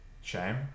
Shame